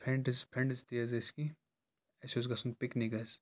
friends friends تہِ حظ ٲسۍ کِینٛہہ اَسہِ اوس گَژُھن پِکنِک حظ